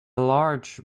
large